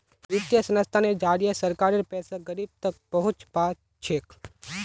वित्तीय संस्थानेर जरिए सरकारेर पैसा गरीब तक पहुंच पा छेक